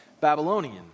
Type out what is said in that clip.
Babylonian